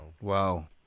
Wow